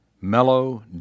mellow